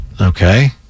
Okay